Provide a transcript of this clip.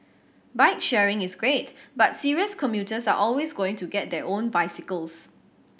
bike sharing is great but serious commuters are always going to get their own bicycles